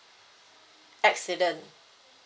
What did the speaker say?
accident